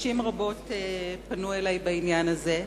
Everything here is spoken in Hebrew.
נשים רבות פנו אלי בעניין הזה.